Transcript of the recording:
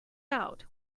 out